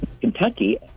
Kentucky